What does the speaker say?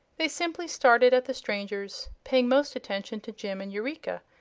they simply started at the strangers, paying most attention to jim and eureka,